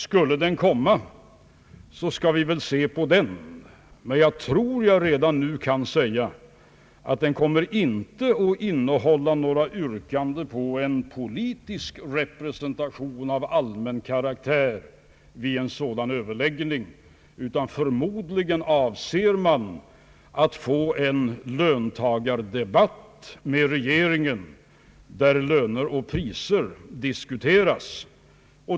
Skulle den komma skall vi väl se på den, men jag tror att jag redan nu kan säga att den inte kommer att innehålla något yrkande på en politisk representation av allmän karaktär vid en sådan överläggning. Förmodligen avser man att få en löntagardebatt med regeringen där löner och priser diskuteras.